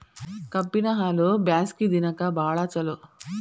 ಕಬ್ಬಿನ ಹಾಲು ಬ್ಯಾಸ್ಗಿ ದಿನಕ ಬಾಳ ಚಲೋ